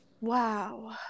Wow